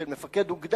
של מפקד אוגדה,